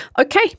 okay